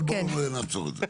אבל בואו נעצור את זה.